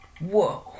whoa